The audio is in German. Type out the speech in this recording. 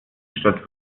statt